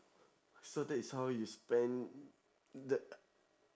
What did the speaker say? so that is how you spend the